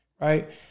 right